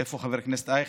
איפה חבר הכנסת אייכלר,